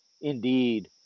indeed